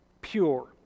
pure